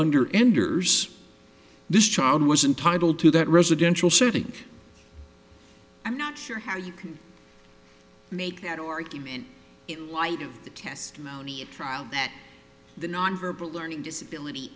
under ender's this child was entitle to that residential setting i'm not sure how you can make that argument in light of the testimony at trial that the nonverbal learning disability